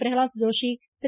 Prahlad Joshi Thiru